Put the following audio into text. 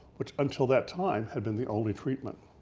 which until that time, had been the only treatment.